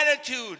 attitude